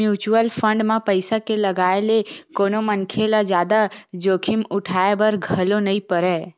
mutual fund म पइसा के लगाए ले कोनो मनखे ल जादा जोखिम उठाय बर घलो नइ परय